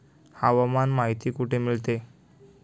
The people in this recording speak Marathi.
हवामान माहिती कुठे मिळते?